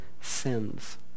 sins